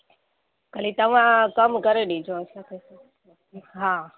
खाली तव्हां कम करे ॾिजो असांखे हा